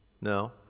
No